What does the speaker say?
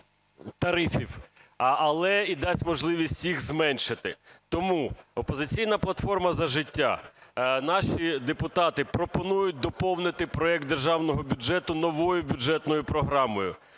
тарифів, але і дасть можливість їх зменшити. Тому "Опозиційна платформа – За життя", наші депутати пропонують доповнити проект Державного бюджету новою бюджетною програмою